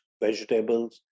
vegetables